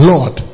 Lord